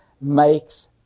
makes